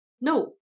no